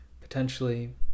potentially